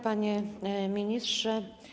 Panie Ministrze!